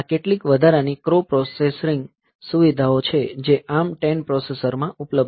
આ કેટલીક વધારાની કો પ્રોસેસિંગ સુવિધાઓ છે જે ARM 10 પ્રોસેસરમાં ઉપલબ્ધ છે